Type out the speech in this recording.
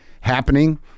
happening